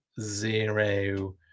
zero